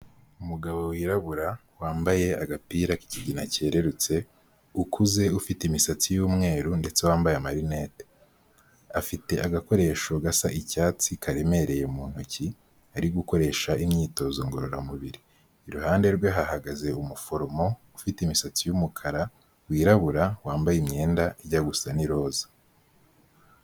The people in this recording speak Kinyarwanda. Umugabo wirabura wambaye agapira k'ikigina cyererutse, ukuze, ufite imisatsi y'umweru ndetse wambaye amarinete. Afite agakoresho gasa icyatsi karemereye mu ntoki ari gukoresha imyitozo ngororamubiri. Iruhande rwe hahagaze umuforomo ufite imisatsi y'umukara, wirabura, wambaye imyenda ijya gusa n'iroza.